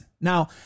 Now